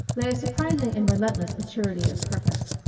lay a surprising and relentless maturity of purpose.